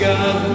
God